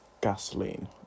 gasoline